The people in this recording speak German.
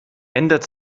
ändert